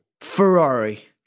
Ferrari